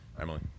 Emily